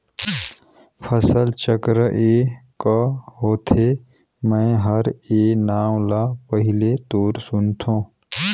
फसल चक्र ए क होथे? मै हर ए नांव ल पहिले तोर सुनथों